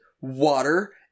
water